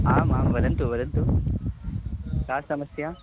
आम् आम् वदन्तु वदन्तु का समस्या